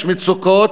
יש מצוקות,